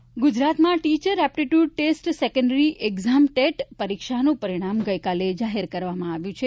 TET પરીક્ષા ગુજરાતમાં teacher aptitude test secondary exam TET પરીક્ષાનું પરિણામ ગઈકાલે જાહેર કરવામાં આવ્યું છે